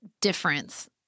difference